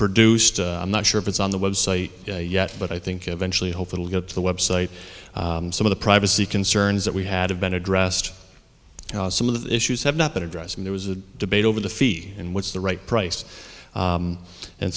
produced i'm not sure if it's on the website yet but i think eventually i hope it will get to the website some of the privacy concerns that we had been addressed some of the issues have not been addressed and there was a debate over the fee and what's the right price